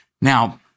Now